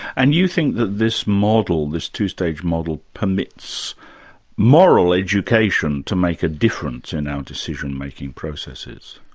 and you think that this model, this two-stage model, permits moral education to make a difference in our decision-making processes?